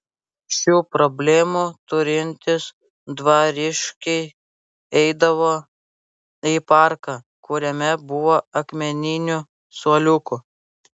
šių problemų turintys dvariškiai eidavo į parką kuriame buvo akmeninių suoliukų